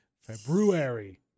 February